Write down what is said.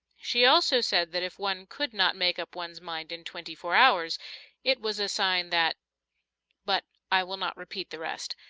she also said that if one could not make up one's mind in twenty-four hours it was a sign that but i will not repeat the rest,